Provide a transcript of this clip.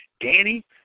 Danny